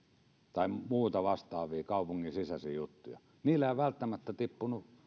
tai muita vastaavia kaupungin sisäisiä juttuja ja niillä ei välttämättä ole tippunut